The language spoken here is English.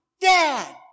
Dad